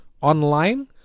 online